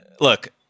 Look